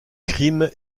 crime